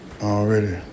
Already